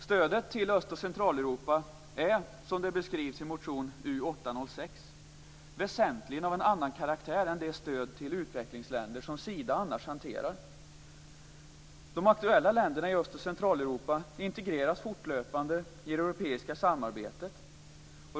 Stödet till Öst och Centraleuropa är, såsom beskrivs i motion U806, väsentligen av en annan karaktär än det stöd till utvecklingsländer som Sida annars hanterar. De aktuella länderna i Öst och Centraleuropa integreras fortlöpande i det europeiska samarbetet.